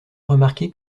remarquer